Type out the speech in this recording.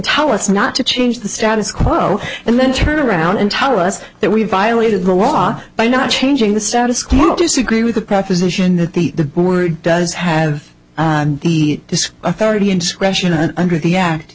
tell us not to change the status quo and then turn around and tell us that we violated the law by not changing the status quo disagree with the proposition that the word does have this authority and discretion under the act